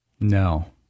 No